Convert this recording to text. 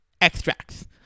extracts